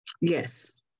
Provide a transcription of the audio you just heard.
Yes